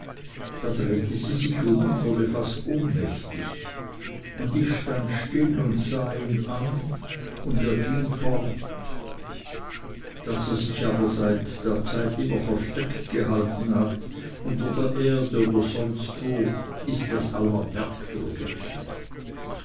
da drehte sie sich um und wurde fast ohnmächtig und ich stand still und sah ihn an und er ging fort daß er sich aber seit der zeit immer versteckt gehalten hat unter der erde oder sonstwo ist das